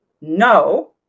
no